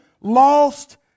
lost